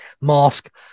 mask